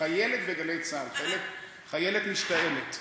חיילת משתעלת.